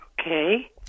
Okay